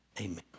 Amen